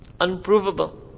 Unprovable